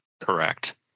Correct